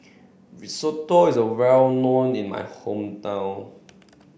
Risotto is well known in my hometown